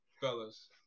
fellas